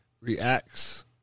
reacts